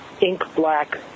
ink-black